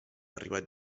arribat